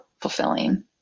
fulfilling